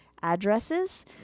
addresses